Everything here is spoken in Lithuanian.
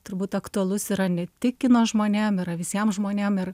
turbūt aktualus yra ne tik kino žmonėm yra visiem žmonėm ir